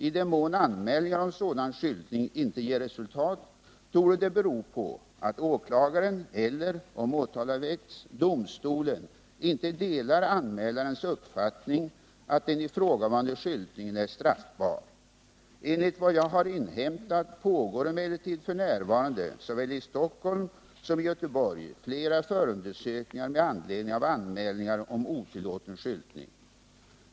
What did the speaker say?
I den mån anmälningar om sådan skyltning inte ger resultat torde det bero på att åklagaren eller — om åtal har väckts — domstolen inte delar anmälarens uppfattning att den ifrågavarande skyltningen är straffbar. Enligt vad jag har inhämtat pågår emellertid f. n. såväl i Stockholm som i Göteborg flera förundersökningar med anledning av anmälningar om otillåten skyltning.